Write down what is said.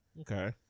okay